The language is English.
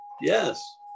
yes